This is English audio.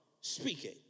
speaking